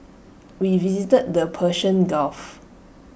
we visited the Persian gulf